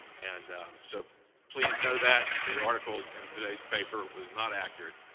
and so please know that, the article in today's paper was not accurate,